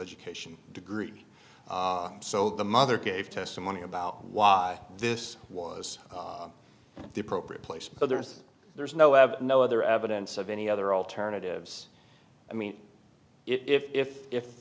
education degree so the mother gave testimony about why this was the appropriate place but there's there's no i have no other evidence of any other alternatives i mean if if i